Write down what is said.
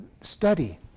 study